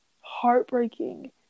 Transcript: heartbreaking